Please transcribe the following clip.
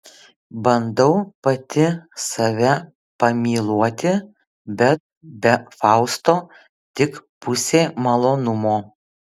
bandau pati save pamyluoti bet be fausto tik pusė malonumo